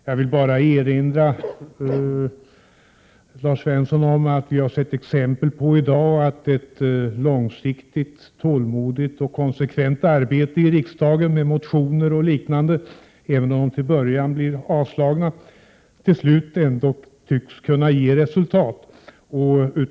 Jag vill bara erinra Lars Svensson om att vi i dag har sett exempel på att ett långsiktigt, tålmodigt och konsekvent arbete i riksdagen med motioner och liknande till slut ändå tycks kunna ge resultat, även om motionerna till en början avslås.